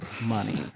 money